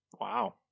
Wow